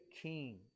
king